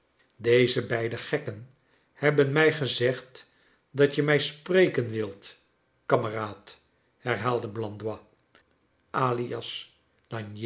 deze beide gekken hebben mij gezegd dat je mij spreken wilt kameraad herhaalde blandois alias